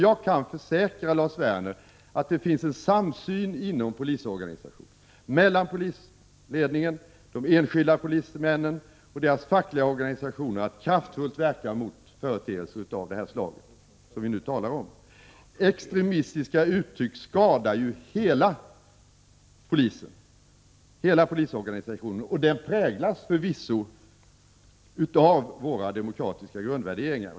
Jag kan försäkra Lars Werner att det finns en samsyn inom polisorganisationen, mellan polisledningen, de enskilda polismännen och deras fackliga organisationer att man skall kraftfullt verka mot företeelser av det slag som vi nu talar om. Extremistiska uttryck skadar ju hela polisorganisationen, och den präglas förvisso av våra demokratiska grundvärderingar.